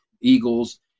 eagles